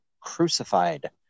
crucified